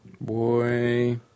Boy